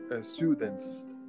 students